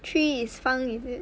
three is 方 is it